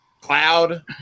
Cloud